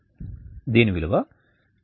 దీని విలువ 10